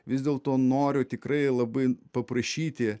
vis dėlto noriu tikrai labai paprašyti